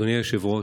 אדוני היושב-ראש,